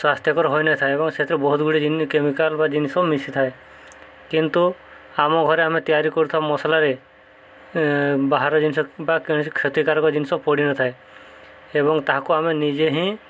ସ୍ୱାସ୍ଥ୍ୟକର ହୋଇନଥାଏ ଏବଂ ସେଥିରେ ବହୁତ ଗୁଡ଼ିଏ କେମିକାଲ୍ ବା ଜିନିଷ ମିଶିଥାଏ କିନ୍ତୁ ଆମ ଘରେ ଆମେ ତିଆରି କରିଥାଉ ମସଲାରେ ବାହାର ଜିନିଷ ବା କୌଣସି କ୍ଷତିକାରକ ଜିନିଷ ପଡ଼ିନଥାଏ ଏବଂ ତାହାକୁ ଆମେ ନିଜେ ହିଁ